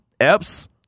Epps